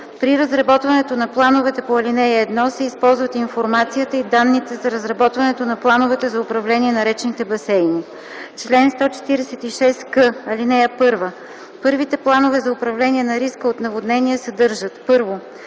При разработването на плановете по ал. 1 се използват информацията и данните за разработването на плановете за управление на речните басейни. Чл. 146к. (1) Първите планове за управление на риска от наводнения съдържат: 1.